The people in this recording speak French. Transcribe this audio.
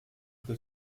que